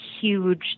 huge